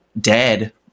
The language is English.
dead